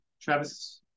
Travis